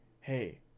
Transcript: Hey